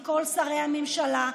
מכל שרי הממשלה,